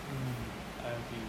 mm I agree